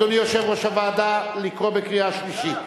אדוני יושב-ראש הוועדה, לקרוא בקריאה שלישית?